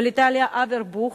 ולטליה אברבוך,